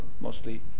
mostly